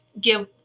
give